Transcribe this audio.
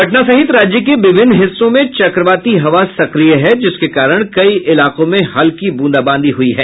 पटना सहित राज्य के विभिन्न हिस्सों में चक्रवाती हवा सक्रिय है जिसके कारण कई इलाकों में हल्की बूंदाबांदी हुयी है